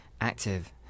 active